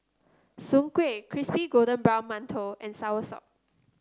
Soon Kueh Crispy Golden Brown Mantou and soursop